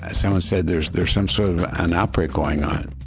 ah someone said, there's there's some sort of an outbreak going on.